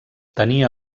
tenia